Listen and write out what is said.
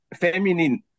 feminine